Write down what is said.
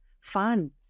Fun